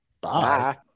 Bye